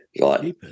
right